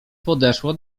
podeszła